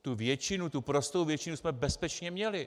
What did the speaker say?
Tu většinu, prostou většinu jsme bezpečně měli.